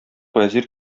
вәзир